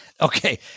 Okay